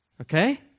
Okay